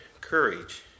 courage